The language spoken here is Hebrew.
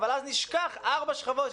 אבל אז נשכח ארבע שכבות,